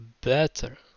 better